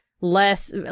less